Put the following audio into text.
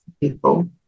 people